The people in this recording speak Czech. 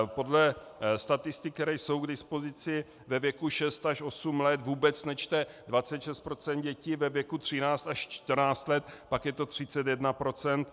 Podle statistik, které jsou k dispozici, ve věku 6 až 8 let vůbec nečte 26 % dětí, ve věku 13 až 14 let je to 31 %.